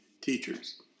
teachers